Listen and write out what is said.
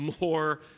more